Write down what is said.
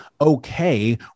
okay